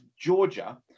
Georgia